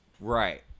Right